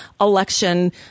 election